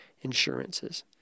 insurances